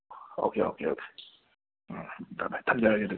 okay okay okay ꯑꯥ ꯐꯔꯦ ꯊꯝꯖꯔꯒꯦ ꯑꯗꯨꯗꯤ